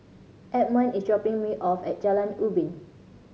Edmond is dropping me off at Jalan Ubin